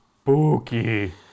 spooky